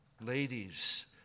ladies